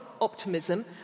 optimism